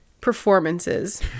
performances